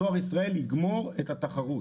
דואר ישראל יגמור את התחרות.